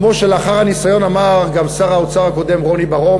כמו שלאחר הניסיון המר גם שר האוצר הקודם רוני בר-און,